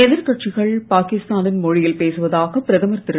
எதிர்கட்சிகள் பாகிஸ்தா னின் மொழியில் பேசுவதாக பிரதமர் திரு